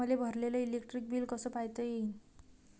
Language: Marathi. मले भरलेल इलेक्ट्रिक बिल कस पायता येईन?